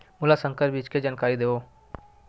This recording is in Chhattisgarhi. मोला संकर बीज के जानकारी देवो?